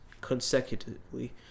Consecutively